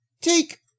Take